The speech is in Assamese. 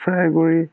ফ্ৰাই কৰি